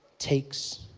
takes